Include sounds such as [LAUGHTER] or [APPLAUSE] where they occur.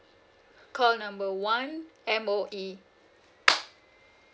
call number one M_O_E [NOISE]